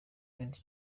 lady